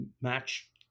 match